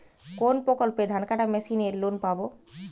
কোন প্রকল্পে ধানকাটা মেশিনের লোন পাব?